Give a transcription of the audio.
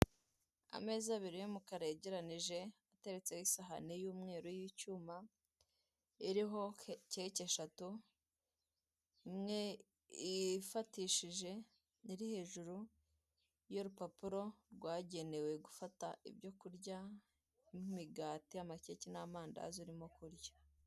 Ameza abiri y'umukara, yageranije, ateretseho isahane y'umweru, y'icyuma, iriho keke eshatu, iwe ifatishije, iri hejuru y'urupapuro rwagenewe gufata ibyo kurya, nk'imigati, amakeke n'amandazi urimo kurya.